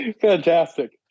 fantastic